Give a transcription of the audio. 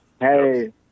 Hey